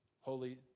holy